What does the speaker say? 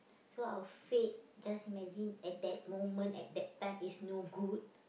so our fate just imagine at that moment at that time is no good